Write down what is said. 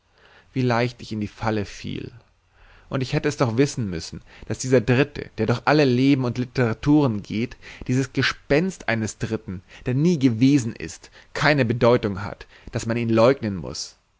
wie leicht ich in die falle fiel und ich hätte doch wissen müssen daß dieser dritte der durch alle leben und literaturen geht dieses gespenst eines dritten der nie gewesen ist keine bedeutung hat daß man ihn leugnen muß